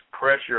pressure